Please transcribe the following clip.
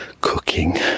cooking